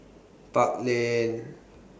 Park Lane